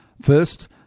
First